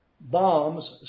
bombs